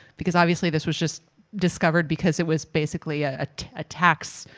because obviously this was just discovered because it was basically a tax,